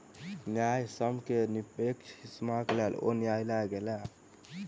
न्यायसम्य के निष्पक्ष हिस्साक लेल ओ न्यायलय गेला